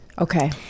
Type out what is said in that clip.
Okay